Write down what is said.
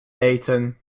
eten